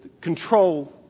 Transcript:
control